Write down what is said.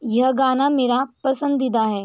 यह गाना मेरा पसंदीदा है